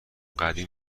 قدیم